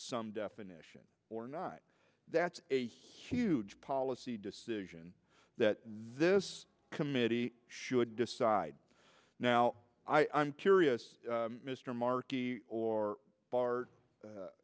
some definition or not that's a huge policy decision that this committee should decide now i'm curious mr markey or bar